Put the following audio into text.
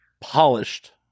polished